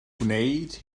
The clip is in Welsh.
gwneud